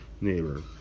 neighbor